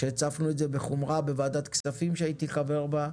שהצפנו את זה בחומרה בוועדת כספים שהייתי חבר בה,